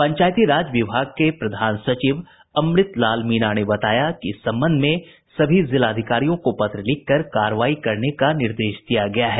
पंचायती राज विभाग के प्रधान सचिव अमृत लाल मीणा ने बताया कि इस संबंध में सभी जिलाधिकारियों को पत्र लिखकर कार्रवाई करने का निर्देश दिया गया है